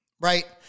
right